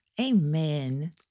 Amen